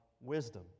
wisdom